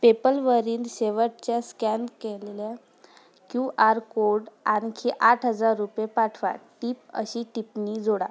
पेपलवरील शेवटच्या स्कॅन केलेल्या Q R code आणखी आठ हजार रुपये पाठवा टिप अशी टिप्पणी जोडा